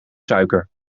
suiker